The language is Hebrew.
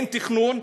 אין תכנון,